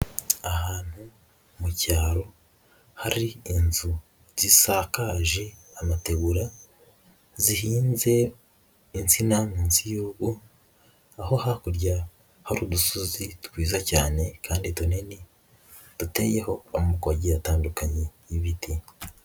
Ahantu mu cyaro hari inzu zisakaje amategura, zihinze insina munsi y'urugo, aho hakurya hari udusozi twiza cyane kandi tunini duteyemo amoko agiye atandukanye y'ibiti.